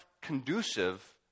conducive